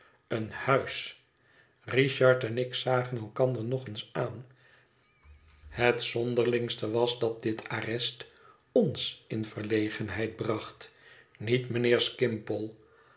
een huis richard en ik zagen elkander nog eens aan het zonderlingste was dat dit arrest ons in verlegenheid bracht niet mijnheer